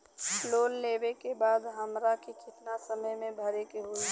Loan लेवे के बाद हमरा के कितना समय मे भरे के होई?